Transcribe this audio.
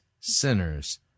sinners